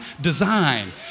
design